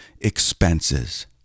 expenses